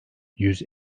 yüz